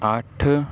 ਅੱਠ